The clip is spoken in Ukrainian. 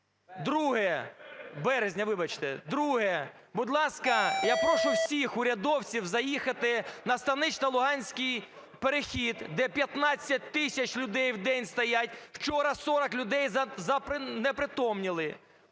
залі) Березня, вибачте! Друге. Будь ласка, я прошу всіх урядовців заїхати на Станично-Луганський перехід, де 15 тисяч людей в день стоять. Вчора 40 людей знепритомніли.